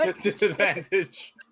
disadvantage